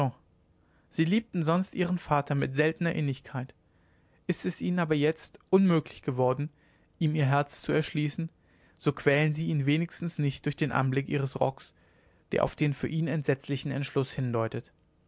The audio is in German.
sie liebten sonst ihren vater mit seltener innigkeit ist es ihnen aber jetzt unmöglich worden ihm ihr herz zu erschließen so quälen sie ihn wenigstens nicht durch den anblick ihres rocks der auf den für ihn entsetzlichen entschluß hindeutet